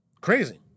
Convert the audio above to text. Crazy